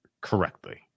correctly